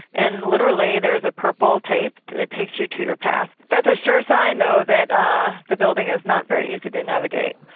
and literally there is a purple tape that takes you to your path. that's a sure sign, though, that ah the building is not very easy to navigate.